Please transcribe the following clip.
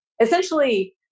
essentially